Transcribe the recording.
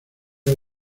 del